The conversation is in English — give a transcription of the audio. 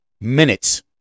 minutes